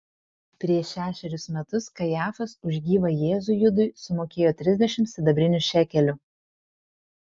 prieš šešerius metus kajafas už gyvą jėzų judui sumokėjo trisdešimt sidabrinių šekelių